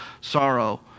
sorrow